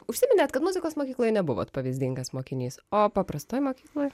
užsiminėt kad muzikos mokykloj nebuvot pavyzdingas mokinys o paprastoj mokykloj